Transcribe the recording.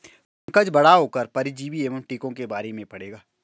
पंकज बड़ा होकर परजीवी एवं टीकों के बारे में पढ़ेगा